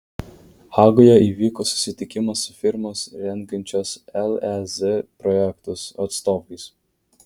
hagoje įvyko susitikimas su firmos rengiančios lez projektus atstovais